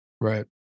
right